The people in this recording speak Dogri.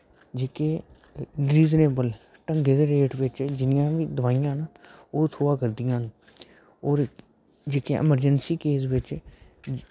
जेह्के रिज़नेवल ढंगा दे रेट बिच जिन्नियां बी दोआइयां हैन ओह् थ्होआ करदियां न और जेह्कियां अमरजैंसी केस बिच